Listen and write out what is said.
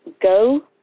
go